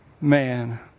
man